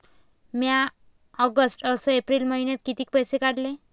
म्या ऑगस्ट अस एप्रिल मइन्यात कितीक पैसे काढले?